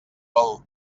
vol